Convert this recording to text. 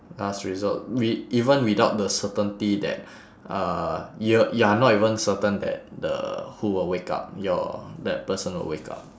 last resort wi~ even without the certainty that uh you you're not even certain that the who will wake up your that person will wake up